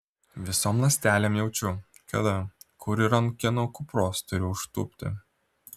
visom ląstelėm jaučiu kada kur ir ant kieno kupros turiu užtūpti